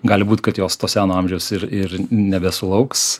gali būt kad jos to seno amžiaus ir ir nebesulauks